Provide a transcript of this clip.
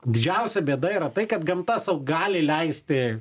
didžiausia bėda yra tai kad gamta sau gali leisti